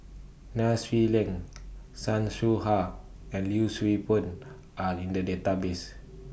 Nai Swee Leng Chan Soh Ha and Yee Siew Pun Are in The Database